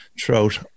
throughout